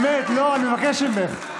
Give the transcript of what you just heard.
באמת, אני מבקש ממך.